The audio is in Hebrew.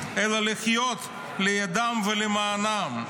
אלא לחיות לידם ולמענם.